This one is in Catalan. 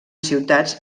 ciutats